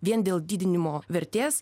vien dėl didinimo vertės